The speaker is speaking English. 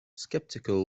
skeptical